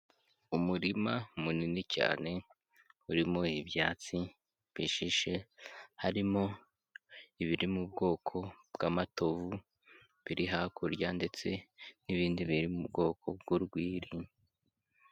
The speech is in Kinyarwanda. Umurima munini cyane urimo ibyatsi bihishe, harimo ibiri mu bwoko bw'amatovu biri hakurya ndetse n'ibindi biri mu bwoko bw'urwiri.